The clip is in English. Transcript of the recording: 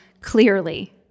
clearly